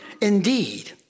indeed